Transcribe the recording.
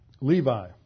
Levi